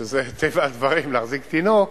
וזה האופן הטבעי להחזיק תינוק,